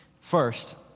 First